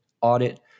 audit